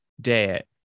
Dad